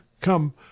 come